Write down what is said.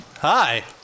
Hi